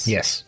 Yes